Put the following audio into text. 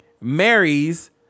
marries